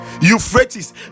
Euphrates